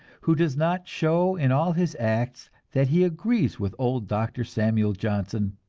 who does not show in all his acts that he agrees with old dr. samuel johnson